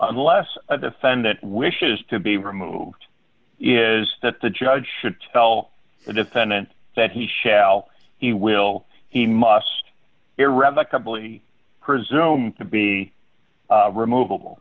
unless a defendant wishes to be removed is that the judge should tell the defendant that he shall he will he must irrevocably presumed to be remova